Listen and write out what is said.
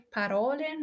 parole